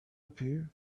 appeared